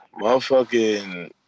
motherfucking